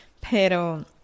Pero